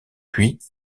puis